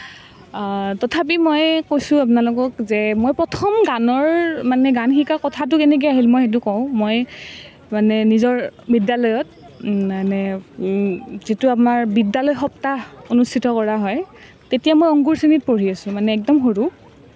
তথাপি মই কৈছোঁ আপোনালোকক যে মই প্ৰথম গানৰ মানে গান শিকা কথাটো কেনেকৈ আহিল মই সেইটো কওঁ মই মানে নিজৰ বিদ্যালয়ত মানে যিটো আমাৰ বিদ্যালয় সপ্তাহ অনুস্থিত কৰা হয় তেতিয়া মই অংকুৰ শ্ৰেণীত পঢ়ি আছোঁ একদম সৰু